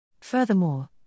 Furthermore